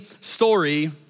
story